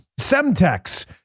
Semtex